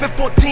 14